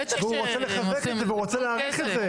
והוא רוצה לחזק את זה והוא רוצה להאריך את זה.